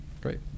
Great